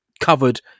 covered